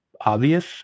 obvious